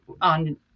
on